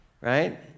right